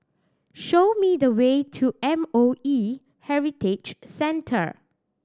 show me the way to M O E Heritage Centre